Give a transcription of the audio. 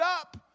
up